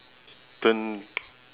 turn